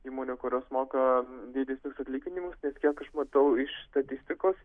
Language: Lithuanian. įmonių kurios moka didesnius atlyginimus nors kiek aš matau iš statistikos